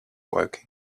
woking